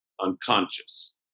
unconscious